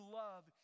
love